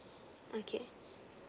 okay